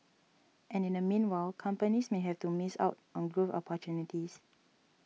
and in the meanwhile companies may have to miss out on growth opportunities